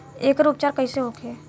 एकर उपचार कईसे होखे?